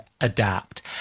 adapt